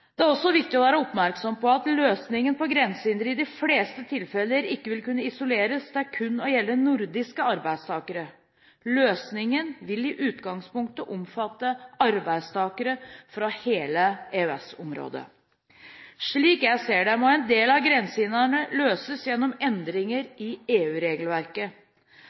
Det er også viktig å være oppmerksom på at løsningen på grensehindre i de fleste tilfeller ikke vil kunne isoleres til kun å gjelde nordiske arbeidstakere. Løsningen vil i utgangspunktet omfatte arbeidstakere fra hele EØS-området. Slik jeg ser det, må en del av grensehindrene løses gjennom endringer i